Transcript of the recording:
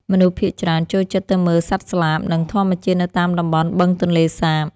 មនុស្សភាគច្រើនចូលចិត្តទៅមើលសត្វស្លាប និងធម្មជាតិនៅតាមតំបន់បឹងទន្លេសាប។